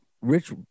Rich